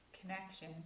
connection